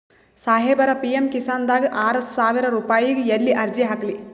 ಸಾಹೇಬರ, ಪಿ.ಎಮ್ ಕಿಸಾನ್ ದಾಗ ಆರಸಾವಿರ ರುಪಾಯಿಗ ಎಲ್ಲಿ ಅರ್ಜಿ ಹಾಕ್ಲಿ?